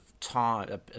time